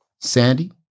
Sandy